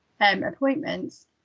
appointments